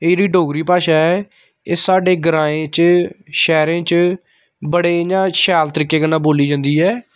एह् जेह्ड़ी डोगरी भाशा ऐ एह् साढ़े ग्राएं च शैह्रें च बड़े इ'यां शैल तरीके कन्नै बोल्ली जंदी ऐ